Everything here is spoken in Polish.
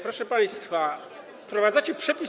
Proszę państwa, wprowadzacie przepis.